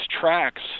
tracks